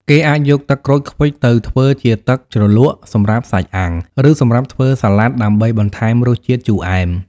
គេអាចយកទឹកក្រូចឃ្វិចទៅធ្វើជាទឹកជ្រលក់សម្រាប់សាច់អាំង ឬសម្រាប់ធ្វើសាឡាត់ដើម្បីបន្ថែមរសជាតិជូរអែម។